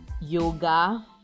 yoga